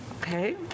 Okay